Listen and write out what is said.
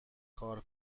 کار